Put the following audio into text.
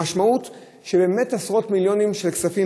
המשמעות היא שבאמת עשרות מיליונים של כספים,